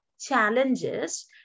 challenges